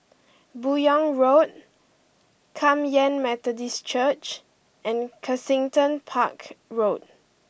Buyong Road Kum Yan Methodist Church and Kensington Park Road